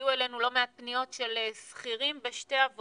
הגיעו אלינו לא מעט פניות של שכירים בשתי עבודות